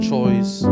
choice